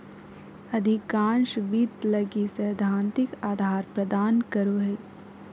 अधिकांश वित्त लगी सैद्धांतिक आधार प्रदान करो हइ